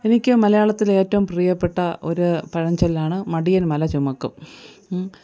എനിക്ക് മലയാളത്തിലേറ്റവും പ്രിയപ്പെട്ട ഒരു പഴഞ്ചൊല്ലാണ് മടിയൻ മല ചുമക്കും